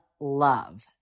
love